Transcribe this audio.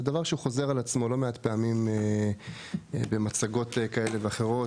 זה דבר שהוא חוזר על עצמו לא מעט פעמים במצגות כאלה ואחרות.